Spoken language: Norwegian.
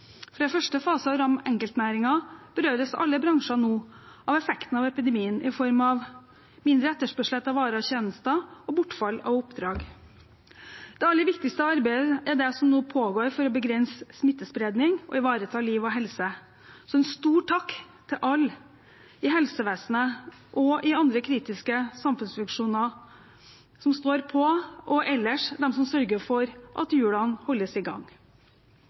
for å begrense smittespredning og ivareta liv og helse. En stor takk til alle i helsevesenet og i andre kritiske samfunnsfunksjoner som står på – og til dem som ellers sørger for at hjulene holdes i gang!